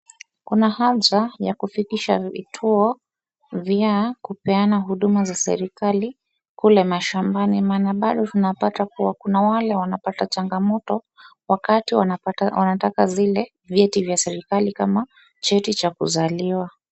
Kuna haja ya kufikisha vituo vya kupeana huduma za serikali kule mashambani. Maana bado tunapata kuwa kuna wale wanapata changamoto wakati wanataka vili vyeti vya serikali kama cheti cha kuzaliwa.